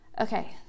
Okay